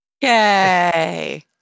Yay